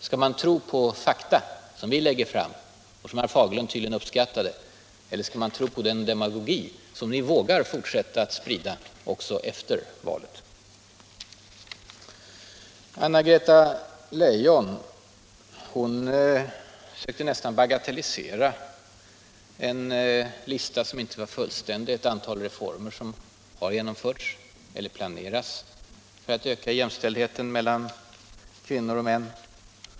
Skall man tro på fakta — som vi lägger fram och som herr Fagerlund tydligen uppskattar — eller skall man tro på den demagogi som ni vågar fortsätta att sprida också efter valet? Anna-Greta Leijon sökte nästan bagatellisera en lista som inte var fullständig, på ett antal reformer som har genomförts eller planerats för att öka jämställdheten mellan kvinnor och män.